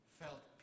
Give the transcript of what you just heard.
felt